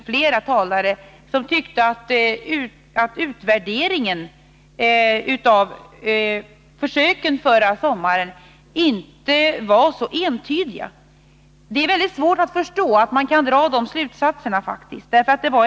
Flera talare har ansett att utvärderingen av försöket förra sommaren inte gav så entydiga resultat. Det är svårt att förstå att man kan dra de slutsatserna.